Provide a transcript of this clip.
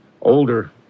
older